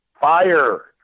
fire